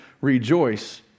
rejoice